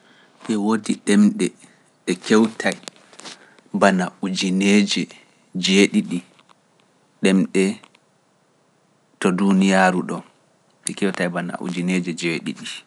E woodi ɗemɗe de kewtay bana ujineeje jeeɗiɗi ɗemɗe to duuniyaaru ɗo ɗe kewtay bana ujineeje jeeɗiɗi.(seven hundred)